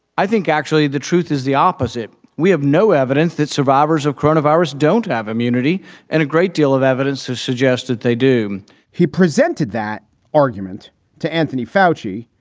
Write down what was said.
i think actually the truth is the opposite. we have no evidence that survivors of coronavirus don't have immunity and a great deal of evidence to suggest that they do he presented that argument to anthony foushee,